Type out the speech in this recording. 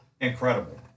incredible